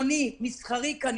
חיצוני מסחרי, כנראה,